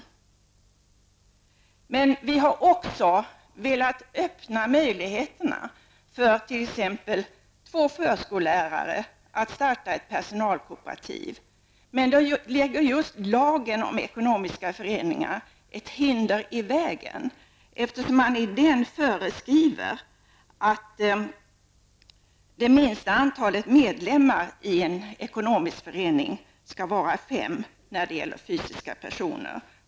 Men vi har också velat öppna möjligheterna för t.ex. två förskollärare att starta ett personalkooperativ. Men lagen om ekonomiska föreningar lägger ett hinder i vägen för det, eftersom det i lagen föreskrivs att det minsta antalet medlemmar i en ekonomisk förening skall vara fem när det gäller fysiska personer.